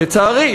לצערי,